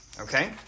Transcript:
Okay